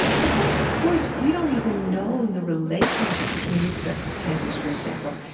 but then, of course, we don't even know the relationship between reproductive cancers, for example,